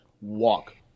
walk